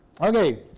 Okay